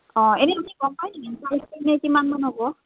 অঁ এনেই আপুনি গম পায় নেকি এনেই কিমানমান হ'ব